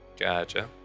Gotcha